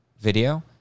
video